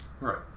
Right